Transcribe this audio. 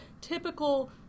typical